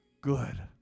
Good